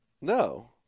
No